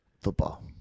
Football